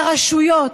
לרשויות,